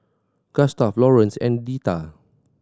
Gustaf Lawrance and Deetta